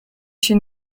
się